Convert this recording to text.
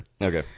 Okay